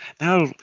Now